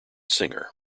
singer